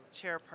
chairperson